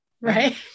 Right